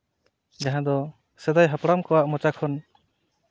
ᱡᱟᱦᱟᱸ ᱫᱚ ᱥᱮᱫᱟᱭ ᱦᱟᱯᱲᱟᱢ ᱠᱚᱣᱟ ᱢᱚᱪᱟ ᱠᱷᱚᱱ